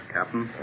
Captain